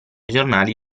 giornali